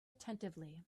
attentively